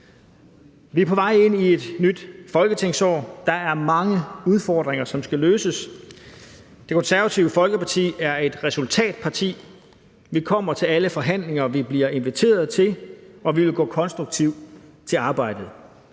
Vi er på vej ind i et nyt folketingsår. Der er mange udfordringer, som skal løses. Det Konservative Folkeparti er et resultatorienteret parti. Vi kommer til alle forhandlinger, vi bliver inviteret til, og vi vil gå konstruktivt til arbejdet.